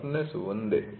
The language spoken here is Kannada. ರಫ್ನೆಸ್ ಒಂದೇ